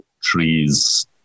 trees